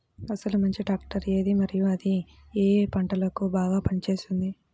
అసలు మంచి ట్రాక్టర్ ఏది మరియు అది ఏ ఏ పంటలకు బాగా పని చేస్తుంది?